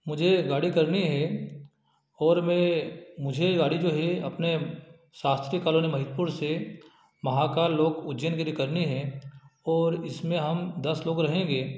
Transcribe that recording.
मुझे यह गाड़ी करनी है और मैं मुझे यह गाड़ी चाहिए अपने शास्त्री कलोनी महीकपुर से महाकाल लोक उज्जैन के लिए करनी है और इसमें हम दस लोग रहेंगें